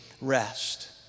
rest